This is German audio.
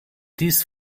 dies